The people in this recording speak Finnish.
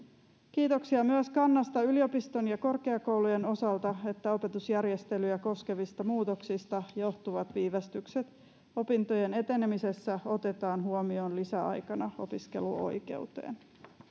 kiitoksia myös siitä kannasta yliopiston ja korkeakoulujen osalta että opetusjärjestelyjä koskevista muutoksista johtuvat viivästykset opintojen etenemisessä otetaan huomioon lisäaikana opiskeluoikeuteen